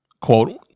quote